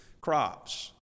crops